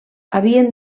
havien